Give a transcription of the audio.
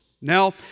Now